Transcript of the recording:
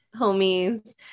homies